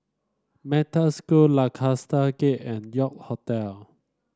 Metta School Lancaster Gate and York Hotel